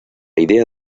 idea